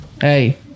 Hey